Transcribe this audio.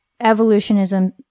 Evolutionism